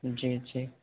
جی جی